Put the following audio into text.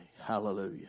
hallelujah